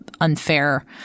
unfair